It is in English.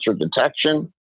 detection